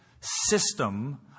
system